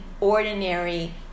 ordinary